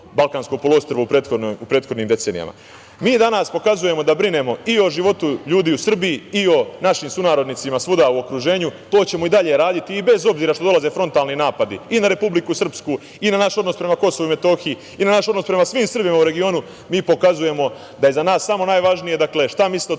Balkansko poluostrvo u prethodnim decenijama. Mi danas pokazujemo da brinemo i o životu ljudi u Srbiji i o našim sunarodnicima svuda u okruženju. To ćemo i dalje raditi, i bez obzira što dolaze frontalni napadi i na Republiku Srpsku i naš odnos prema KiM, i na naš odnos prema svim Srbima u regionu, mi pokazujemo da je za nas samo najvažnije šta misle